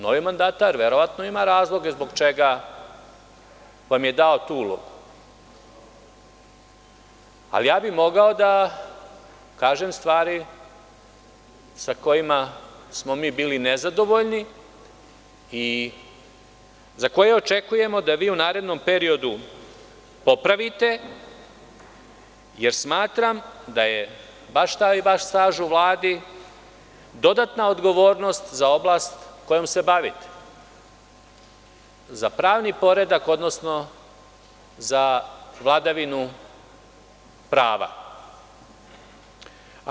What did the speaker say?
Novi mandatar verovatno ima razloge zbog čega vam je dao tu ulogu, ali ja bih mogao da kažem stvari sa kojima smo mi bili nezadovoljni i za koje očekujemo da vi u narednom periodu popravite, jer smatram da je baš taj vaš staž u Vladi dodatna odgovornost za oblast kojom se bavite, za pravni poredak, odnosno za vladavinu prava.